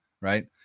right